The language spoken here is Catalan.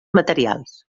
materials